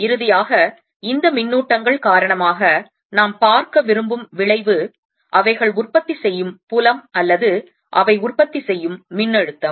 இறுதியாக இந்த மின்னூட்டங்கள் காரணமாக நாம் பார்க்க விரும்பும் விளைவு அவைகள் உற்பத்தி செய்யும் புலம் அல்லது அவை உற்பத்தி செய்யும் மின்னழுத்தம்